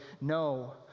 no